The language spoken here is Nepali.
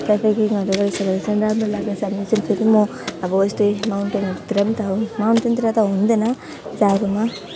ट्राफिकिङहरू गरे पछि चाहिँ राम्रो लाग्दछ अब चाहिँ फेरि म अब यस्तो माउन्टेनहरूतिर त माउन्टेनतिर त हुँदैन जाडोमा